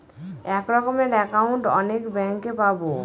এক রকমের একাউন্ট অনেক ব্যাঙ্কে পাবো